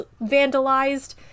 vandalized